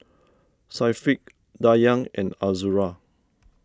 Syafiq Dayang and Azura